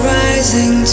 rising